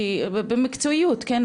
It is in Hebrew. במקצועיות כן,